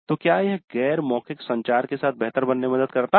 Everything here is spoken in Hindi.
तो क्या यह गैर मौखिक संचार के साथ बेहतर बनने में मदद करता है